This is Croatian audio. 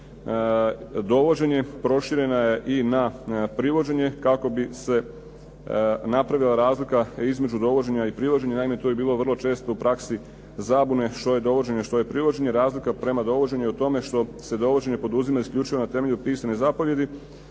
dovođenje proširena je i na privođenje kako bi se napravila razlika između dovođenja i privođenja. Naime, tu je bilo vrlo često u praksi zabune što je dovođenje što je privođenje. Razlika prema dovođenju je u tome što se dovođenje poduzima isključivo na temelju pisane zapovjedi,